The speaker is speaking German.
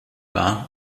war